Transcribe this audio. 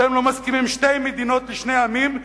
אתם לא מסכימים לשתי מדינות לשני עמים,